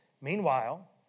Meanwhile